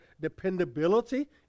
dependability